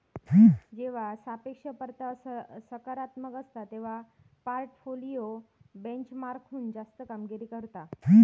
जेव्हा सापेक्ष परतावा सकारात्मक असता, तेव्हा पोर्टफोलिओ बेंचमार्कहुन जास्त कामगिरी करता